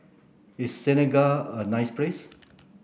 is Senegal a nice place